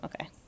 Okay